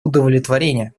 удовлетворения